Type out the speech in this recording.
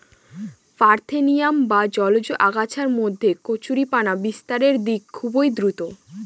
parthenium বা জলজ আগাছার মধ্যে কচুরিপানা বিস্তারের দিক খুবই দ্রূত